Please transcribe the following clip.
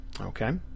Okay